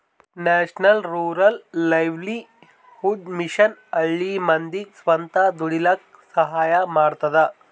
national rural livelihood mission ಹಳ್ಳಿ ಮಂದಿಗ್ ಸ್ವಂತ ದುಡೀಲಕ್ಕ ಸಹಾಯ ಮಾಡ್ತದ